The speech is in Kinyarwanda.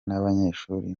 n’abanyeshuri